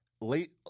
late